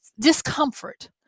discomfort